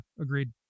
agreed